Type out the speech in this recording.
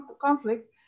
conflict